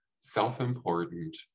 self-important